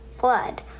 blood